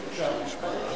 בבקשה.